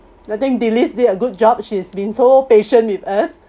I think delys did a good job she has been so patient with us